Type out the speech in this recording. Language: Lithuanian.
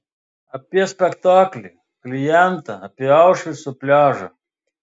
apie spektaklį klientą apie aušvico pliažą